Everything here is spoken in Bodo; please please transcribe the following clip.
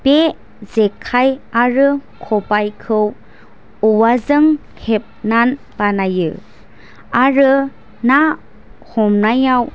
बे जेखाय आरो खाबायखौ औवाजों हेबनानै बानायो आरो ना हमनायाव